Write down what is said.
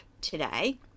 today